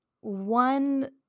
one